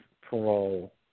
parole